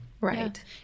Right